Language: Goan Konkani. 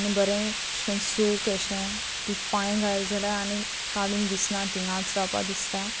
आनी बरें करून सूख अशें ती पांय घाल जाल्या आनी काडून दिसना तिंगाच रावपाक दिसता